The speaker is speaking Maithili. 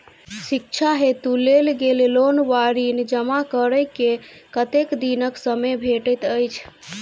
शिक्षा हेतु लेल गेल लोन वा ऋण जमा करै केँ कतेक दिनक समय भेटैत अछि?